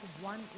one